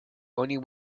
only